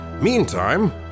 Meantime